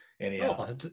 anyhow